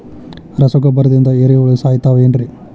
ರಸಗೊಬ್ಬರದಿಂದ ಏರಿಹುಳ ಸಾಯತಾವ್ ಏನ್ರಿ?